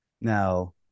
Now